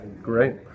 great